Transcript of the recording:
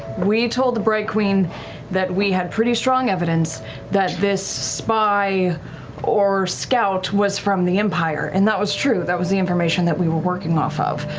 we told the bright queen that we had pretty strong evidence that this spy or scout was from the empire. and that was true, that was the information that we were working off of.